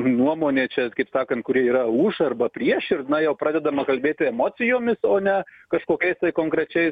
nuomonė čia kaip sakant kurie yra už arba prieš ir na jau pradedama kalbėti emocijomis o ne kažkokiais tai konkrečiais